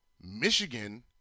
Michigan